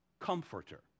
comforter